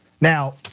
now